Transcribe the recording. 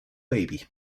baby